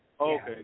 Okay